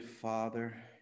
father